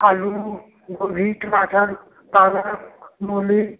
आलू गोभी टमाटर पालक मूली